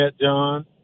John